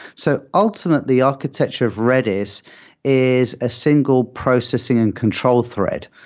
so ultimately, architecture of redis is a single processing and control thread.